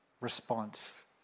response